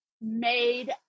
made